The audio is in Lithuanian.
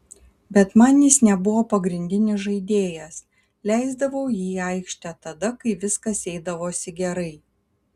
bet man jis nebuvo pagrindinis žaidėjas leisdavau jį į aikštę tada kai viskas eidavosi gerai